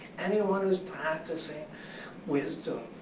anyone who's practicing wisdom